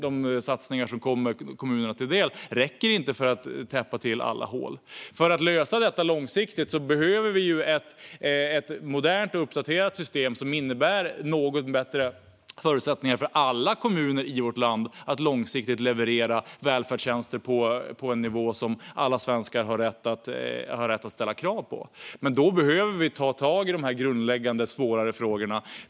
De satsningar som kommer kommunerna till del räcker inte för att täppa till alla hål. För att lösa detta långsiktigt behöver vi ett modernt och uppdaterat system som innebär något bättre förutsättningar för alla kommuner i vårt land att långsiktigt leverera välfärdstjänster på en nivå som alla svenskar har rätt att ställa krav på. Men då behöver vi ta tag i de grundläggande, svåra frågorna.